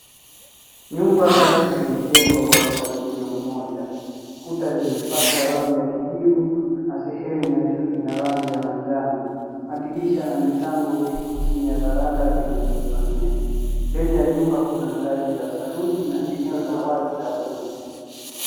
Nyumba tatu zimejengwa kwa mpangilio mmoja. Kuta zimepakwa rangi ya kijivu na sehemu ya juu ina rangi ya manjano. Madirisha na milango vipo chini ya verandah zenye nguzo nne. Mbele ya nyumba kuna ngazi za saruji na eneo la wazi la vumbi.